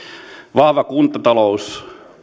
vahva kuntatalous